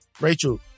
Rachel